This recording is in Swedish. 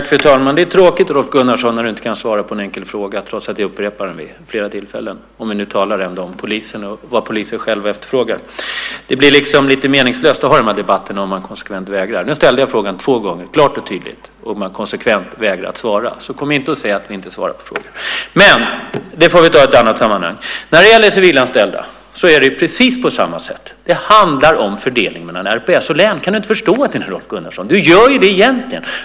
Fru talman! Det är tråkigt, Rolf Gunnarsson, när du inte kan svara på en enkel fråga trots att jag upprepar den vid flera tillfällen. Vi talar ju nu ändå om polisen och vad polisen själv efterfrågar. Det blir liksom lite meningslöst att föra de här debatterna om man konsekvent vägrar. Nu ställde jag frågan två gånger, klart och tydligt. Man vägrar konsekvent att svara. Så kom inte och säg att vi inte svarar på frågor! Men det får vi ta i ett annat sammanhang. När det gäller civilanställda är det precis på samma sätt. Det handlar om fördelning mellan RPS och län. Kan du inte förstå det, Rolf Gunnarsson? Du gör ju det egentligen.